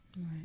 Right